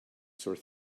sore